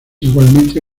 igualmente